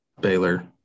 Baylor